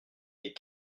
des